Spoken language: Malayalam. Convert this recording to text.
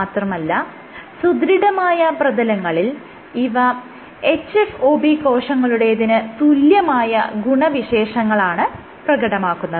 മാത്രമല്ല സുദൃഢമായ പ്രതലങ്ങളിൽ ഇവ hFOB കോശങ്ങളുടേതിന് തുല്യമായ ഗുണവിശേഷങ്ങളാണ് പ്രകടമാക്കുന്നത്